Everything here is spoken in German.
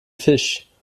fisch